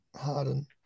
Harden